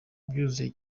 byuzuye